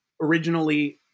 originally